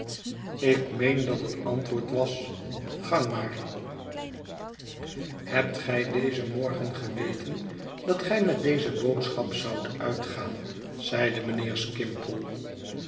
ik meen dat het antwoord was gang maar ii et verlaten huis hebt gij dezen morgen geweten dat gij met deze boodschap zoudt uitgaan zeide mijnheer